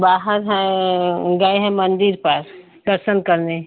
बाहर हैं गए हैं मंदिर पर दर्शन करने